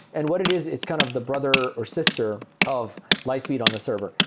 and what it is, it's kind of the brother or sister of lightspeed on the server.